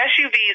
SUVs